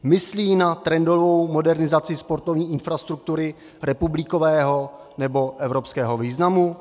Myslí na trendovou modernizaci sportovní infrastruktury republikového nebo evropského významu?